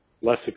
less